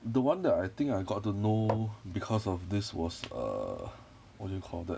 the one that I think I got to know because of this was err what do you call that